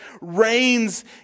reigns